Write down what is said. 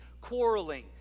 quarreling